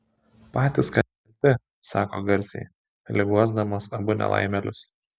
patys kalti sako garsiai lyg guosdamas abu nelaimėlius